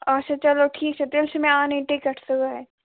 اَچھا چَلو ٹھیٖک چھُ تیٚلہِ چھَنہٕ مےٚ اَنٕنۍ ٹِکٹ سۭتۍ